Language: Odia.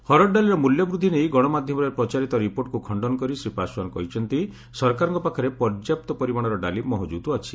ହରଡ଼ ଡାଲିର ମୂଲ୍ୟ ବୃଦ୍ଧି ନେଇ ଗଣମାଧ୍ୟମରେ ପ୍ରଚାରିତ ରିପୋର୍ଟକୁ ଖଣ୍ଡନ କରି ଶ୍ରୀ ପାଶଓ୍ୱାନ କହିଛନ୍ତି ସରକାରଙ୍କ ପାଖରେ ପର୍ଯ୍ୟାପ୍ତ ପରିମାଣର ଡାଲି ମହକୁଦ୍ ଅଛି